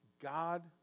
God